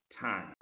time